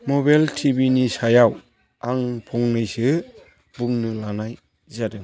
mobile ति भि नि सायाव आं फंनैसो बुंनो लानाय जादों